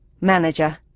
Manager